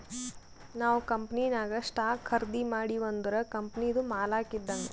ನಾವ್ ಕಂಪನಿನಾಗ್ ಸ್ಟಾಕ್ ಖರ್ದಿ ಮಾಡಿವ್ ಅಂದುರ್ ಕಂಪನಿದು ಮಾಲಕ್ ಇದ್ದಂಗ್